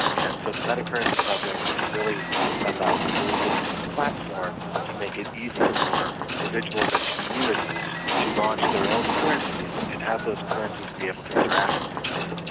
and so the metacurrency project is really about building platforms to make it easy for individuals and communities to lodge their own currencies, and have those currencies be able to interact with each other.